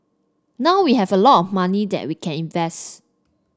now we have a lot money that we can invest